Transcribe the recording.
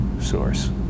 source